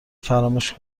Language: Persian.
فراموش